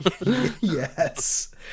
Yes